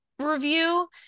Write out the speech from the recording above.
review